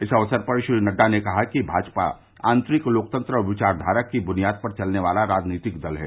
इस अवसर पर श्री नड्डा ने कहा कि भाजपा आंतरिक लोकतंत्र और विचार धारा की बुनियाद पर चलने वाला राजनैतिक दल है